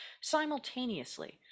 simultaneously